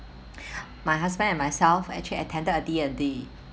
my husband and myself actually attended a D_L_D